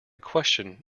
question